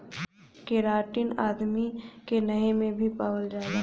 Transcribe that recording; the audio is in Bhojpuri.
केराटिन आदमी के नहे में भी पावल जाला